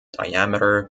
diameter